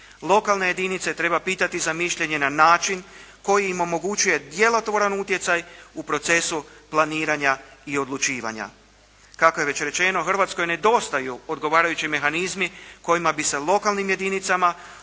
Lokalne jedinice treba pitati za mišljenje na način koji im omogućuje djelotvoran utjecaj u procesu planiranja i odlučivanja. Kako je već rečeno Hrvatskoj nedostaju odgovarajući mehanizmi kojima bi se lokalnim jedinicama omogućilo